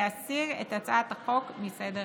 להסיר את הצעת החוק מסדר-היום.